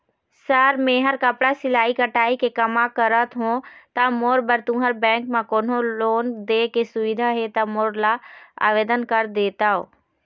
Sir मेहर कपड़ा सिलाई कटाई के कमा करत हों ता मोर बर तुंहर बैंक म कोन्हों लोन दे के सुविधा हे ता मोर ला आवेदन कर देतव?